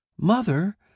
Mother